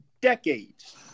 decades